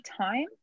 time